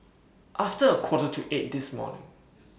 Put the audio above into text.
after A Quarter to eight This morning